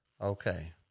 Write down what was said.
Okay